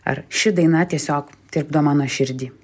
ar ši daina tiesiog tirpdo mano širdį